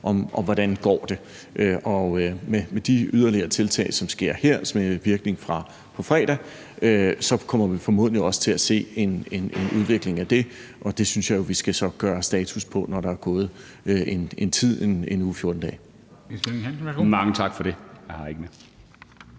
om, hvordan det går. Og med de yderligere tiltag, som sker her med virkning fra på fredag, kommer vi formodentlig også til at se en udvikling af det. Det synes jeg så vi skal gøre status over, når der er gået en tid, altså 1 uge eller 14 dage.